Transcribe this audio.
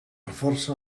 força